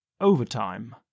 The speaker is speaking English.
overtime